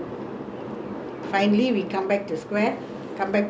we started in one room one hall and come back to ending up to one room one hall